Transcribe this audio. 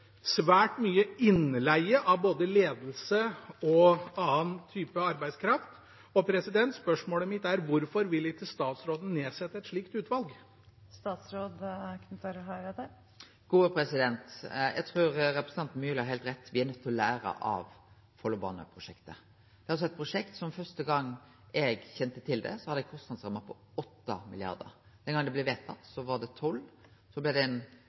svært mye innleie av både ledelse og annen type arbeidskraft. Spørsmålet mitt er: Hvorfor vil ikke statsråden nedsette et slikt utvalg? Eg trur representanten Myrli har heilt rett: Me er nøydde til å lære av Follobaneprosjektet. Det er eit prosjekt som første gang eg høyrde om det, hadde ei kostnadsramme på 8 mrd. kr. Da det blei vedteke, var ramma 12 mrd. kr. Så blei det